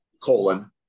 colon